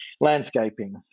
landscaping